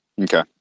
Okay